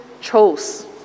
chose